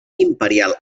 imperial